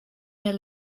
their